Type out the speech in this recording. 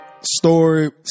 story